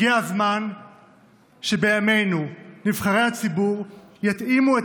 הגיע הזמן שבימינו נבחרי הציבור יתאימו את